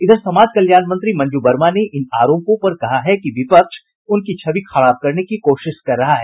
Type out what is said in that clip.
इधर समाज कल्याण मंत्री मंजू वर्मा ने इन आरोपों पर कहा है कि विपक्ष उनकी छवि खराब करने की कोशिश कर रहा है